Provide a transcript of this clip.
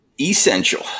Essential